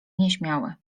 nieśmiały